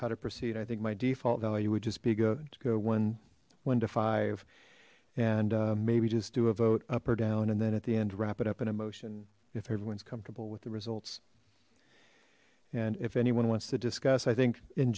how to proceed i think my default value would just be going to go one one to five and maybe just do a vote up or down and then at the end wrap it up in a motion if everyone's comfortable with the results and if anyone wants to discuss i think in